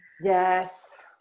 yes